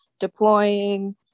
deploying